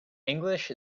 english